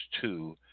two